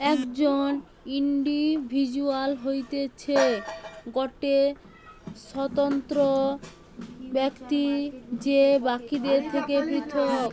একজন ইন্ডিভিজুয়াল হতিছে গটে স্বতন্ত্র ব্যক্তি যে বাকিদের থেকে পৃথক